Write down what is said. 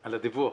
על הדיווח.